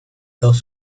dos